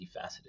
multifaceted